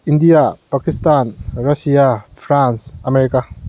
India Pakistan Russia France America